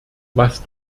was